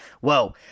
Whoa